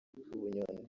bunyoni